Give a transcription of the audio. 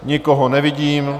Nikoho nevidím.